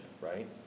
right